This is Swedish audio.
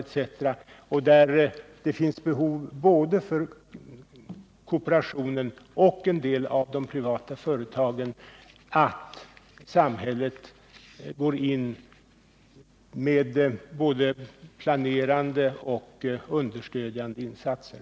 Det finns här behov både hos kooperationen och hos en del av de privata företagen av att samhället går in med både planerande och understödjande insatser.